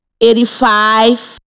eighty-five